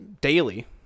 daily